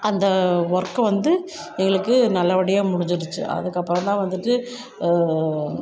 அந்த ஒர்க்கு வந்து எங்களுக்கு நல்லபடியாக முடிஞ்சிடுச்சு அதுக்கப்புறந்தான் வந்துவிட்டு